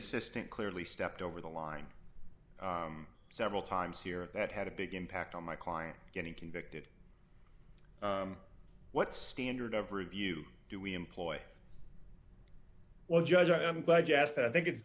assistant clearly stepped over the line several times here that had a big impact on my client getting convicted what standard of review do we employ well judge i'm glad you asked that i think it's